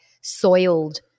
soiled